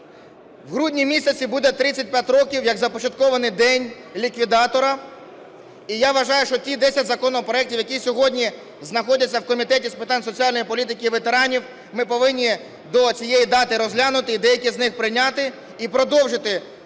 В грудні місяці буде 35 років, як започаткований День ліквідатора. І я вважаю, що ті 10 законопроектів, які сьогодні знаходяться в Комітеті з питань соціальної політики і ветеранів, ми повинні до цієї дати розглянути і деякі з них прийняти, і продовжити